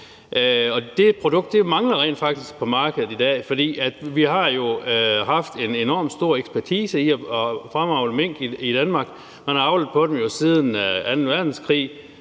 det produkt mangler rent faktisk på markedet i dag. For vi har jo haft en enormt stor ekspertise i at fremavle mink i Danmark. Man har jo avlet på dem siden anden verdenskrig,